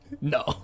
No